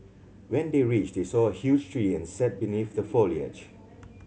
when they reached they saw a huge tree and sat beneath the foliage